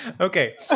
okay